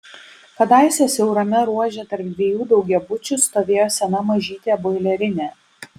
kadaise siaurame ruože tarp dviejų daugiabučių stovėjo sena mažytė boilerinė